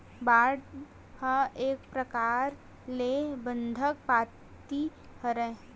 bond ह एक परकार ले बंधक पाती हरय